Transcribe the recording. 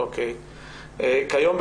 כיום,